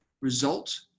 result